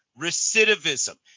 recidivism